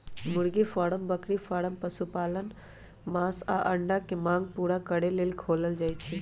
मुर्गी फारम बकरी फारम पशुपालन मास आऽ अंडा के मांग पुरा करे लेल खोलल जाइ छइ